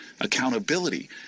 accountability